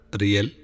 Real